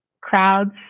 crowds